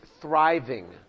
thriving